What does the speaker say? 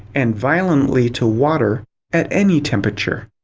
and violently to water at any temperature.